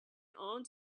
aunt